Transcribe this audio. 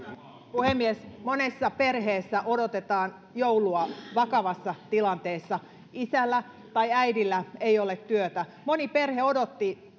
puhemies monessa perheessä odotetaan joulua vakavassa tilanteessa isällä tai äidillä ei ole työtä moni perhe odotti